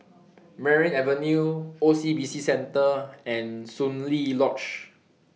Merryn Avenue O C B C Centre and Soon Lee Lodge